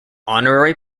honorary